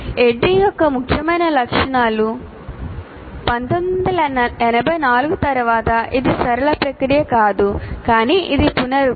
ADDIE యొక్క ముఖ్యమైన లక్షణాలు 1984 తరువాత ఇది సరళ ప్రక్రియ కాదు కానీ ఇది పునరుక్తి